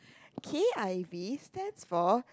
K_I_V stands for